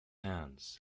hands